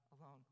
alone